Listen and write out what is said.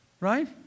right